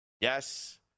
Yes